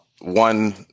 one –